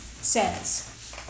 says